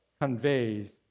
conveys